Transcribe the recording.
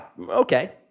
Okay